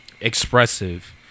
expressive